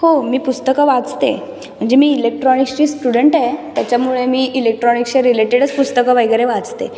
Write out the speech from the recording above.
हो मी पुस्तकं वाचते म्हणजे मी इलेक्ट्रॉनिक्सची स्टुडंट आहे त्याच्यामुळे मी इलेक्ट्रॉनिक्सच्या रिलेटेडच पुस्तकं वगैरे वाचते